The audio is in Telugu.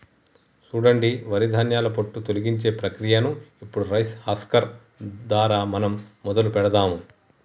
సూడండి వరి ధాన్యాల పొట్టు తొలగించే ప్రక్రియను ఇప్పుడు రైస్ హస్కర్ దారా మనం మొదలు పెడదాము